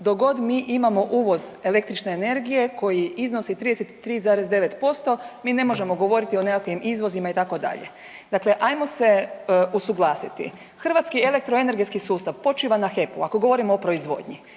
god mi imamo uvoz električne energije koji iznosi 33,9% mi ne možemo govoriti o nekakvim izvozima itd. Dakle, ajmo se usuglasiti. Hrvatski elektroenergetski sustav počiva na HEP-u ako govorimo o proizvodnji,